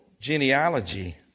genealogy